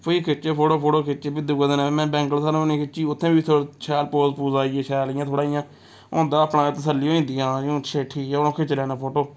फ्ही खिच्चे फोटो फूटो खिच्च फ्ही दूए दिन में बैंगल सेैरीमनी खिच्ची उत्थै बी शैल पोज पूज आई गे शैल इयां थोह्ड़ा इ'यां होंदा अपना तसल्ली होई जंदियां हां जी हून ठीक ऐ हून खिच्च लैना फोटो